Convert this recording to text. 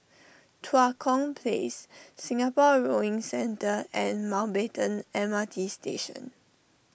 Tua Kong Place Singapore Rowing Centre and Mountbatten M R T Station